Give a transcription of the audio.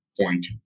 point